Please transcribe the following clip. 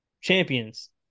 Champions